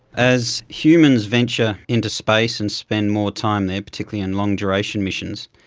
as humans venture into space and spend more time there, particularly in long duration missions,